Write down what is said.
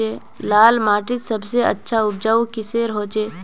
लाल माटित सबसे अच्छा उपजाऊ किसेर होचए?